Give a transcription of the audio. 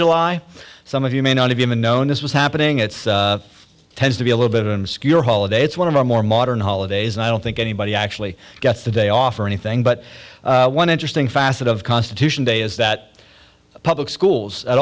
july some of you may not have even known this was happening it's tends to be a little bit and secure holiday it's one of our more modern holidays and i don't think anybody actually gets the day off or anything but one interesting facet of constitution day is that public schools at